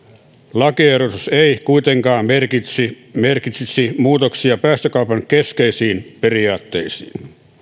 lakiehdotus ei kuitenkaan merkitsisi merkitsisi muutoksia päästökaupan keskeisiin periaatteisiin